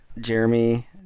Jeremy